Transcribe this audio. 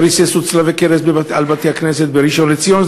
ריססו צלבי קרס על בתי-כנסת בראשון-לציון.